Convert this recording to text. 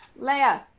Leia